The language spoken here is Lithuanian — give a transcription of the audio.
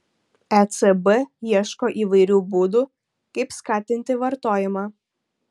ecb ieško įvairių būdų kaip skatinti vartojimą